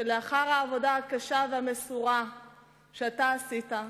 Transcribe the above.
לאחר העבודה הקשה והמסורה שאתה עשית,